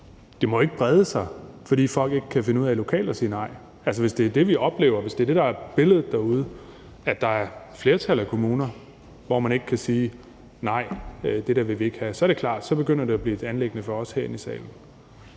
det ikke må brede sig, fordi folk lokalt ikke kan finde ud af at sige nej. Hvis det er det, vi oplever, og hvis det er det, der er billedet derude, altså at der er et flertal af kommuner, hvor man ikke kan sige, at nej, det der vil man ikke have, så er det klart, at det begynder at blive et anliggende for os herinde i salen.